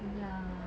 ya